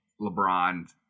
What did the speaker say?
LeBron